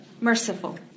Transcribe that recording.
merciful